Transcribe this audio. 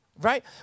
Right